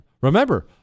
Remember